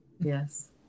Yes